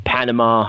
Panama